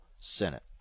Senate